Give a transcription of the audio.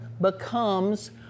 becomes